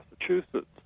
Massachusetts